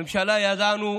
הממשלה, ידענו,